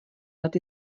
lety